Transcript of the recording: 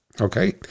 okay